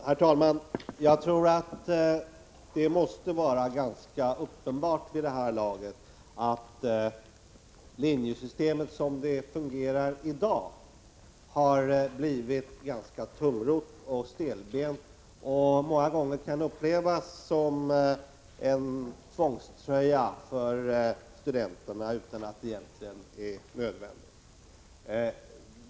Herr talman! Det måste vara ganska uppenbart vid det här laget att linjesystemet som det fungerar i dag har blivit ganska tungrott och stelbent. Det kan många gånger av studenterna upplevas som en tvångströja, utan att detta egentligen är nödvändigt.